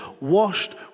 washed